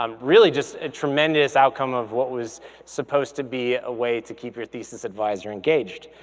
um really just a tremendous outcome of what was supposed to be a way to keep your thesis advisor engaged,